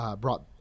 brought